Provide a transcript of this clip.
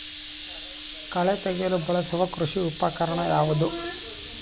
ಕಳೆ ತೆಗೆಯಲು ಬಳಸುವ ಕೃಷಿ ಉಪಕರಣ ಯಾವುದು?